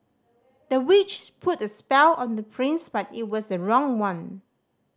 the witch put a spell on the prince but it was the wrong one